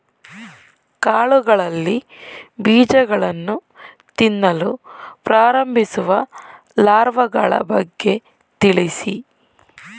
ಕಾಳುಗಳಲ್ಲಿ ಬೀಜಗಳನ್ನು ತಿನ್ನಲು ಪ್ರಾರಂಭಿಸುವ ಲಾರ್ವಗಳ ಬಗ್ಗೆ ತಿಳಿಸಿ?